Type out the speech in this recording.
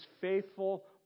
faithful